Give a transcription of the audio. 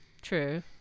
true